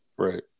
Right